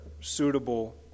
suitable